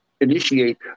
initiate